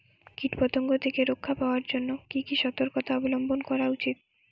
কীটপতঙ্গ থেকে রক্ষা পাওয়ার জন্য কি কি সর্তকতা অবলম্বন করা উচিৎ?